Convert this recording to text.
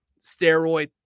steroid